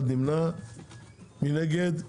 מי נגד?